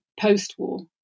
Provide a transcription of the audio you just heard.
post-war